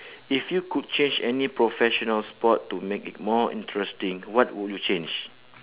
if you could change any professional sport to make it more interesting what would you change